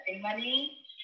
money